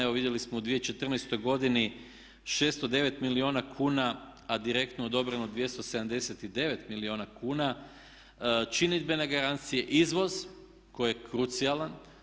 Evo vidjeli smo u 2014. godini 609 milijuna kuna a direktno odobreno 279 milijuna kuna, činidbene garancije izvoz koji je krucijalan.